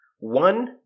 One